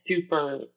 super